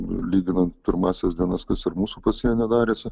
lyginant pirmąsias dienas kas ir mūsų pasienyje darėsi